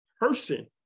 person